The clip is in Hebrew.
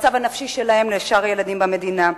בין המצב הנפשי שלהם לשאר הילדים במדינה.